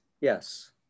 Yes